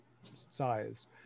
size